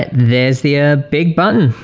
there's the ah big button,